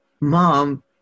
mom